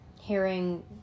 Hearing